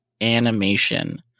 animation